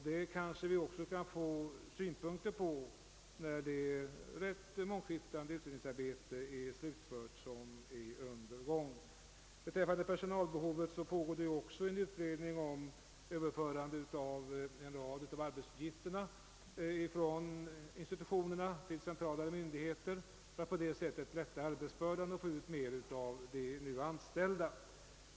Vi kanske också kan få vissa synpunkter på detta när det rätt mångskiftande utredningsarbete är slutfört som pågår för närvarande. Även andra personalbehov omfattas av utredningsarbetet. Det gäller överförandet av en rad kamerala arbetsuppgifter från institutionerna till mer centrala myndigheter för att därigenom lätta arbetsbördan för personalen på institutionerna.